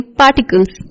particles